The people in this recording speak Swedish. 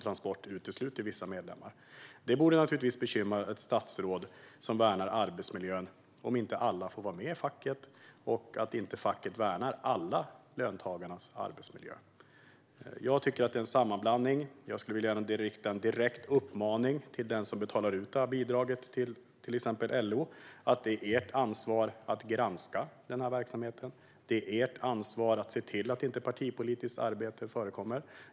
Transport utesluter vissa medlemmar. Det borde naturligtvis bekymra ett statsråd som värnar arbetsmiljön om inte alla får vara med i facket och om inte facket värnar alla löntagares arbetsmiljö. Jag tycker att det är fråga om en sammanblandning. Jag skulle även vilja rikta en direkt uppmaning till dem som betalar ut det här bidraget till exempelvis LO. Det är ert ansvar att granska denna verksamhet. Det är ert ansvar att se till att partipolitiskt arbete inte förekommer.